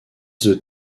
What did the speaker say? that